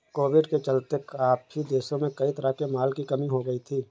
Covid के चलते काफी देशों में कई तरह के माल की कमी हो गई थी